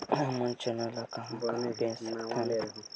हमन चना ल कहां कहा बेच सकथन?